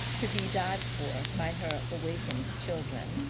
to be dived for by her awakened children.